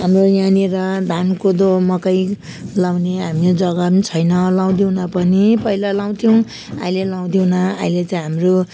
हाम्रो यहाँनिर धान कोदो मकै लगाउने हामीले जग्गा पनि छैन लाउँदिनौँ पनि पहिला लाउँथ्यौँ अहिले लाउँदिनौँ अहिले चाहिँ हाम्रो